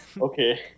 Okay